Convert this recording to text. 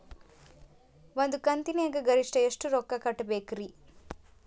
ಒಂದ್ ಕಂತಿನ್ಯಾಗ ಗರಿಷ್ಠ ಎಷ್ಟ ರೊಕ್ಕ ಕಟ್ಟಬೇಕ್ರಿ?